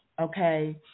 okay